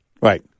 Right